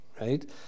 right